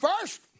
first